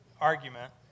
argument